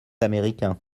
américain